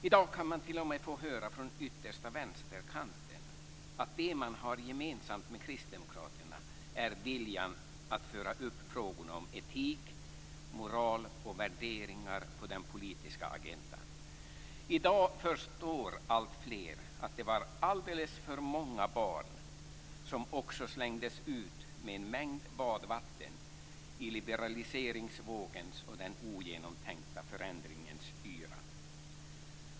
I dag kan man t.o.m. få höra från yttersta vänsterkanten att det man har gemensamt med Kristdemokraterna är viljan att föra upp frågorna om etik, moral och värderingar på den politiska agendan. I dag förstår alltfler att det var alldeles för många barn som slängdes ut med badvattnet i liberaliseringsvågens och den ogenomtänkta förändringens yra.